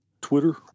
Twitter